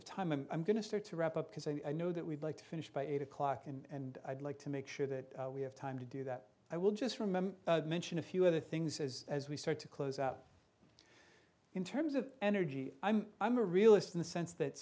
of time and i'm going to start to wrap up because i know that we'd like to finish by eight o'clock and i'd like to make sure that we have time to do that i will just remember mention a few other things as as we start to close out in terms of energy i'm i'm a realist in the sense that